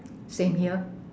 same here